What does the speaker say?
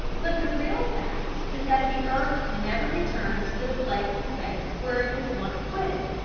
but the real fact is that the earth never returns to the place in space where it has once quitted.